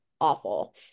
awful